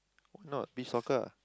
why not beach soccer ah